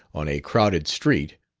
on a crowded street,